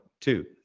two